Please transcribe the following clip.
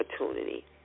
opportunity